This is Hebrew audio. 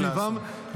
-- הבריאה מסביבם,